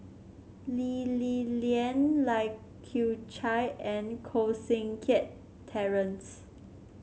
Lee Li Lian Lai Kew Chai and Koh Seng Kiat Terence